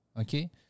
okay